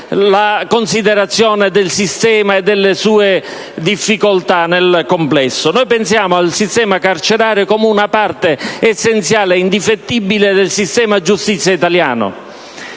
la considerazione del sistema e del complesso delle sue difficoltà. Noi pensiamo al sistema carcerario come ad una parte essenziale ed indefettibile del sistema giustizia italiano.